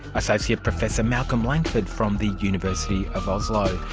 associate professor malcolm langford from the university of oslo.